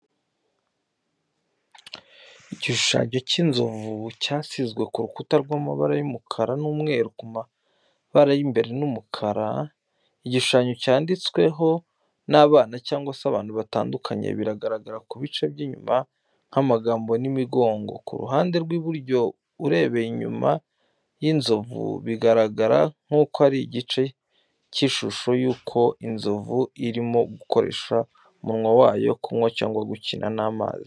Igishushanyo cy’inzovu cyasizwe ku rukuta n’amabara y’umukara n’umweru ku mabara y’imbere n’umukara. Igishushanyo cyanditsweho n'abana cyangwa abantu batandukanye, bigaragara ku bice by’inyuma nk’amagambo n’imigongo. Ku ruhande rw’iburyo urebeye inyuma y’inzovu bigaragara nk’uko ari igice cy’ishusho y’uko inzovu irimo gukoresha umunwa wayo kunywa cyangwa gukina n’amazi.